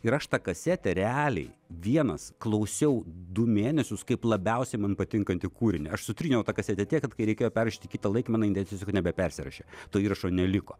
ir aš tą kasetę realiai vienas klausiau du mėnesius kaip labiausiai man patinkantį kūrinį aš sutryniau tą kasetę tiek kad kai reikėjo perrašyti kitą laikmeną jinai tiesiog nebepersirašė to įrašo neliko